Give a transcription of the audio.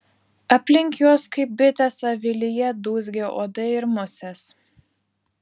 aplink juos kaip bitės avilyje dūzgia uodai ir musės